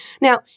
Now